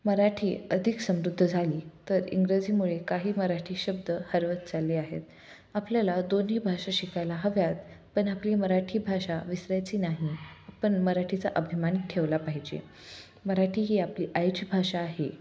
मराठी अधिक समृद्ध झाली तर इंग्रजीमुळे काही मराठी शब्द हरवत चालले आहेत आपल्याला दोन्ही भाषा शिकायला हव्यात पण आपली मराठी भाषा विसरायची नाही आपण मराठीचा अभिमान ठेवला पाहिजे मराठी ही आपली आईची भाषा आहे